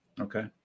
Okay